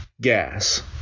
gas